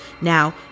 Now